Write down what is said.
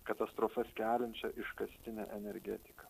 katastrofas keliančia iškastine energetika